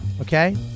Okay